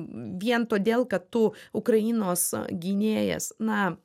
vien todėl kad tu ukrainos gynėjas na